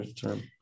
term